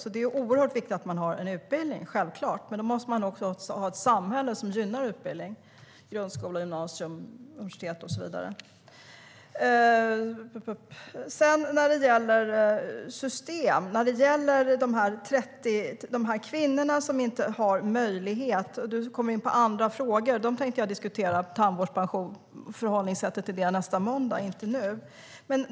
Det är självklart oerhört viktigt att ha en utbildning. Men då måste det också finnas ett samhälle som gynnar utbildning, med grundskola, gymnasium, universitet och så vidare. När det gäller kvinnor som inte har möjlighet att påverka sin pension i dag kom du in på andra frågor, Barbro Westerholm. Jag tänker diskutera förhållningssättet till tandvård nästa måndag, inte nu.